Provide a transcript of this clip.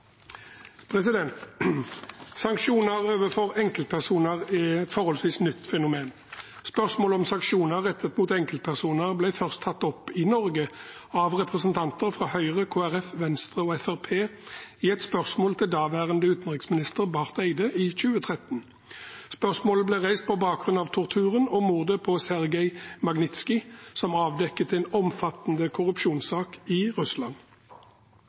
Sanksjoner overfor enkeltpersoner er et forholdsvis nytt fenomen. Spørsmålet om sanksjoner rettet mot enkeltpersoner ble først tatt opp i Norge av representanter fra Høyre, Kristelig Folkeparti, Venstre og Fremskrittspartiet i et spørsmål til daværende utenriksminister Barth Eide i 2013. Spørsmålet ble reist på bakgrunn av torturen og mordet på Sergej Magnitskij, som avdekket en omfattende korrupsjonssak i Russland.